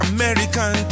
American